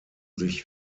sich